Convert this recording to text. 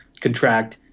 contract